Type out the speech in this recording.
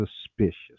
suspicious